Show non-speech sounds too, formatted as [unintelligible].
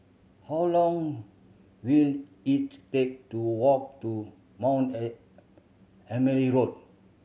how long will it take to walk to Mount [unintelligible] Emily Road